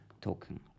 token